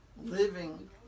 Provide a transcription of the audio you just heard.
living